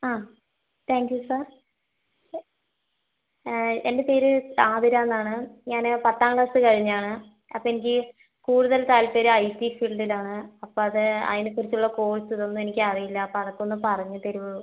ആ thank you sir എൻ്റെ പേര് ആതിര എന്നാണ് ഞാൻ പത്താം ക്ലാസ് കഴിഞ്ഞതാണ് അപ്പം എനിക്ക് കൂടുതൽ താൽപര്യം ഐ ടി ഫീൽഡിലാണ് അപ്പം അത് അതിനെ കുറിച്ചുള്ള കോഴ്സ് ഇതൊന്നും എനിക്ക് അറിയില്ല അപ്പം അതൊക്കെ ഒന്ന് പറഞ്ഞ് തരുവോ